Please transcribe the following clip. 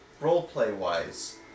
Role-play-wise